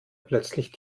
plötzlich